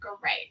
great